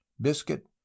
biscuit